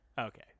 Okay